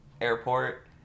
airport